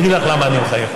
אני אגיד לך למה אני מחייך: